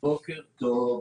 בוקר טוב.